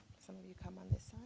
some of you come on this